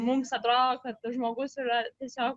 mums atrodo kad tas žmogus yra tiesiog